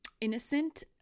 innocent